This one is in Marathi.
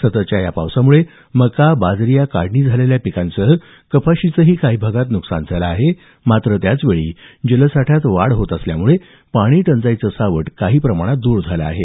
सततच्या पावसामुळे मका बाजरी या काढणी झालेल्या पिकांसह कपाशीचंही काही भागात नुकसान झालं आहे मात्र त्याचवेळी जलसाठ्यात वाढ होत असल्यामुळे पाणीटंचाईचं सावट काही प्रमाणात दूर झालं आहे